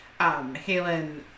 Halen